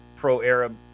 pro-Arab